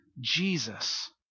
Jesus